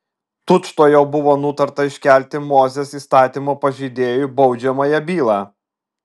tučtuojau buvo nutarta iškelti mozės įstatymo pažeidėjui baudžiamąją bylą